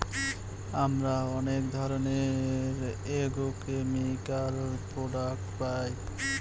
আমরা অনেক ধরনের এগ্রোকেমিকাল প্রডাক্ট পায়